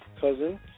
cousin